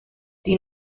die